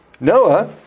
Noah